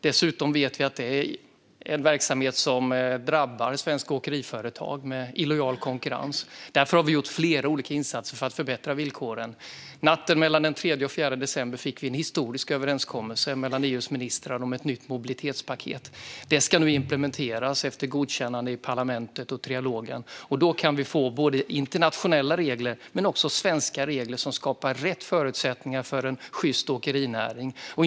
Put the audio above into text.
Dessutom vet vi att det är en verksamhet som drabbar svenska åkeriföretag med illojal konkurrens. Därför har vi gjort flera insatser för att förbättra villkoren. Natten mellan den 3 och 4 december fick vi en historisk överenskommelse mellan EU:s ministrar om ett nytt mobilitetspaket. Det ska nu implementeras efter godkännande i parlamentet och trilogen. Då kan vi få internationella regler men också svenska regler som skapar rätt förutsättningar för en sjyst åkerinäring.